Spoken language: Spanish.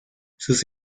sus